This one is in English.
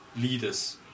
leaders